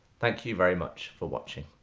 thank you very much for watching.